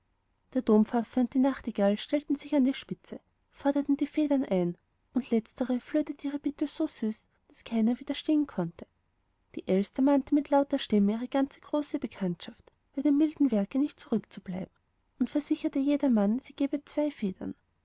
der dompfaffe und die nachtigall stellten sich an die spitze forderten die federn ein und letztere flötete ihre bitte so süß daß keiner widerstehen konnte die elster ermahnte mit lauter stimme ihre ganze große bekanntschaft bei dem milden werke nicht zurückzubleiben und versicherte jeder mann sie gäbe zwei federn